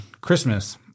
Christmas